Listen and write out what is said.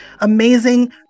amazing